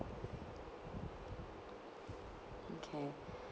okay